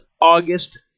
August